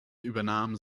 übernahm